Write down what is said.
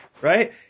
right